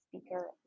speaker